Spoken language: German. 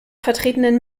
vertretenen